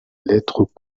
lettre